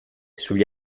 sugli